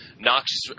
Noxious